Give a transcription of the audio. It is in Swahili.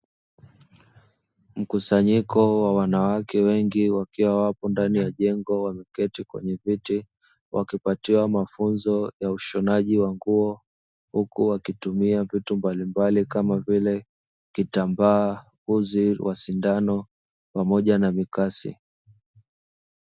Mkusanyiko wa wanawake wengi wakiwa wapo ndani ya jengo wameketi kwenye viti, wakipatiwa mafunzo ya ushonaji wa nguo, huku wakitumia vitu mbalimbali kama vile kitambaa, uzi na sindano pamoja na mikasi.